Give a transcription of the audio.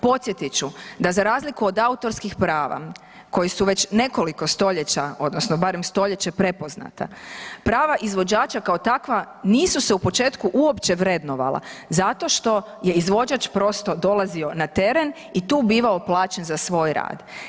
Podsjetit ću da za razliku od autorskih prava koji su već nekoliko stoljeća odnosno barem stoljeće prepoznata prava izvođača kao takva nisu se u početku uopće vrednovala zato što je izvođač prosto dolazio na teren i tu bivao plaćen za svoj rad.